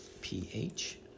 PH